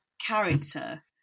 character